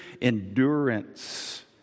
endurance